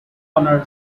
owner